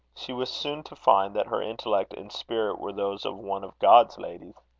she was soon to find that her intellect and spirit were those of one of god's ladies.